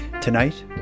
Tonight